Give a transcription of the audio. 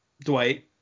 dwight